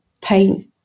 paint